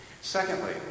Secondly